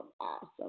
awesome